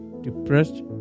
depressed